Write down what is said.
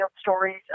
stories